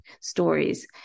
stories